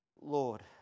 Lord